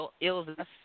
illness